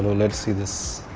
lets see this.